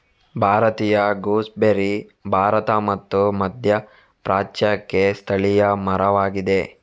ಭಾರತೀಯ ಗೂಸ್ಬೆರ್ರಿ ಭಾರತ ಮತ್ತು ಮಧ್ಯಪ್ರಾಚ್ಯಕ್ಕೆ ಸ್ಥಳೀಯ ಮರವಾಗಿದೆ